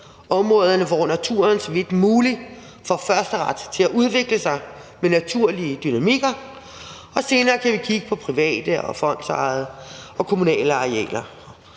områder, hvor naturen så vidt muligt får førsteret til at udvikle sig med naturlige dynamikker, og senere kan vi kigge på private, fondsejede og kommunale arealer.